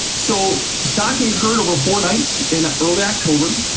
so stocking occurred over four nights in ah early october.